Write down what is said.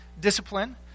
Discipline